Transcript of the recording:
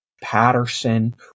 Patterson